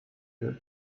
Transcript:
your